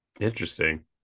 Interesting